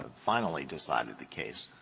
ah finally decided the case,